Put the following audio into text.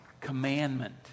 commandment